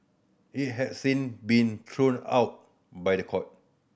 it has since been thrown out by the court